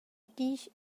disch